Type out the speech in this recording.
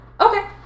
Okay